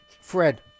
Fred